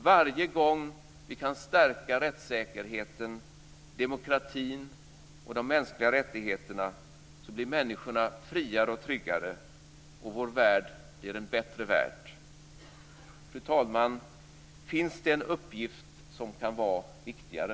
Varje gång vi kan stärka rättssäkerheten, demokratin och de mänskliga rättigheterna blir människorna friare och tryggare, och vår värld blir en bättre värld. Fru talman! Finns det en uppgift som kan vara viktigare?